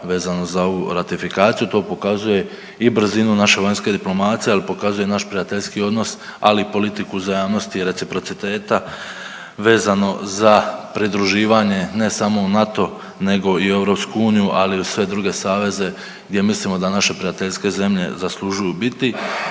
vezano za ovu ratifikaciju, to pokazuje i brzinu naše vanjske diplomacije, ali pokazuje i naš prijateljski odnos, ali i politiku uzajamnosti i reciprociteta vezano za pridruživanje, ne samo u NATO nego i u EU, ali i u sve druge saveze gdje mislimo da naše prijateljske zemlje zaslužuju biti,